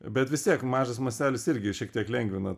bet vis tiek mažas mastelis irgi šiek tiek lengvina